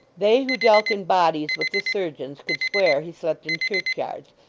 they who dealt in bodies with the surgeons could swear he slept in churchyards,